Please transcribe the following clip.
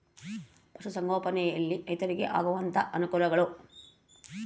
ಪಶುಸಂಗೋಪನೆಯಲ್ಲಿ ರೈತರಿಗೆ ಆಗುವಂತಹ ಅನುಕೂಲಗಳು?